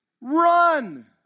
Run